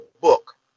book